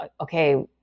okay